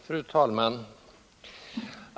Fru talman!